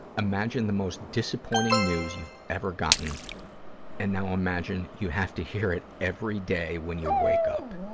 imagine the most disappointing news you've ever gotten and now imagine you have to hear it every day when you wake up.